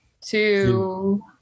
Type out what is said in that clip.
two